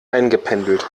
eingependelt